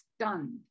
stunned